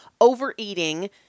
overeating